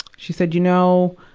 she said, you know,